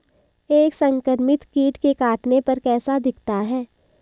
एक संक्रमित कीट के काटने पर कैसा दिखता है?